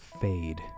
fade